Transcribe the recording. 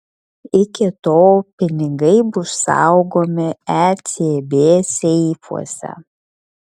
iki tol pinigai bus saugomi ecb seifuose